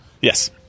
Yes